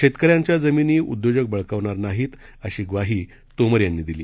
शेतकऱ्यांच्या जमिनी उद्योजक बळकावणार नाहीत अशी ग्वाही तोमर यांनी दिली